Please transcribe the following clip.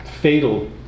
fatal